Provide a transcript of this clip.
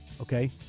okay